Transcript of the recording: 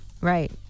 Right